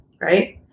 right